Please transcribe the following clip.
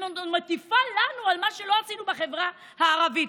ומטיפה לנו על מה שלא עשינו בחברה הערבית.